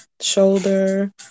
shoulder